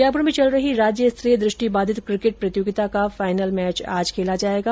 जयपुर में चल रही राज्यस्तरीय दृष्टिबाधित किकेट प्रतियोगिता का फाइनल मैच आज खेला जायेगा